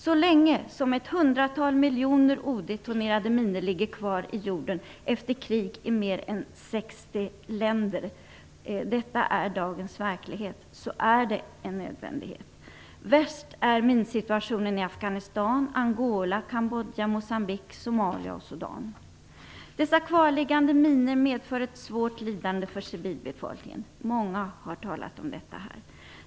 Så länge som ett hundratal miljoner odetonerade minor ligger kvar i jorden efter krig i mer än 60 länder - detta är dagens verklighet - är det en nödvändighet. Värst är minsituationen i Afghanistan, Angola, Kambodja, Moçambique, Somalia och Sudan. Dessa kvarliggande minor medför ett svårt lidande för civilbefolkningen. Många har talat om detta.